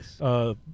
Yes